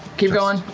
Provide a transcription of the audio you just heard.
keep going.